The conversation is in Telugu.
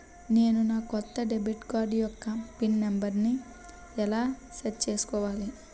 నేను నా కొత్త డెబిట్ కార్డ్ యెక్క పిన్ నెంబర్ని ఎలా సెట్ చేసుకోవాలి?